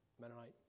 Mennonite